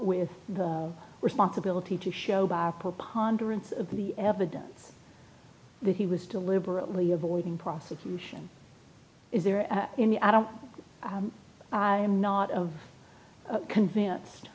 with the responsibility to show by a preponderance of the evidence that he was deliberately avoiding prosecution is there any i don't i am not of conv